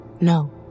no